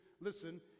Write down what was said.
listen